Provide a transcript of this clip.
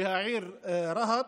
והעיר רהט.